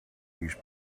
east